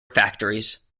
factories